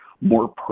more